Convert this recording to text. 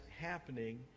happening